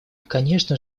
конечно